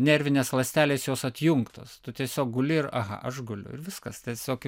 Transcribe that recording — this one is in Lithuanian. nervinės ląstelės jos atjungtos tu tiesiog guli ir aha aš guliu ir viskas tiesiog